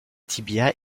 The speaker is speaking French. tibia